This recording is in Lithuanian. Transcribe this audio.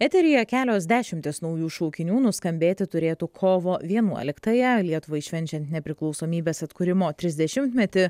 eteryje kelios dešimtys naujų šaukinių nuskambėti turėtų kovo vienuoliktąją lietuvai švenčiant nepriklausomybės atkūrimo trisdešimtmetį